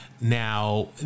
now